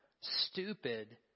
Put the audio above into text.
stupid